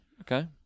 okay